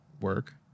work